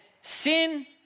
sin